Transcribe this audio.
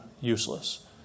useless